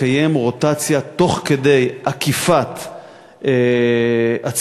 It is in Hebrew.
לקיים רוטציה תוך כדי עקיפת הציבור.